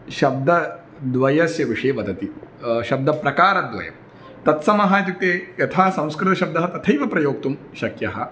शब्दद्वयस्य विषये वदति शब्दप्रकारद्वयं तत्समः इत्युक्ते यथा संस्कृतशब्दः तथैव प्रयोक्तुं शक्यः